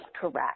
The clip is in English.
correct